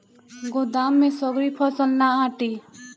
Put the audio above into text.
गोदाम में सगरी फसल ना आटी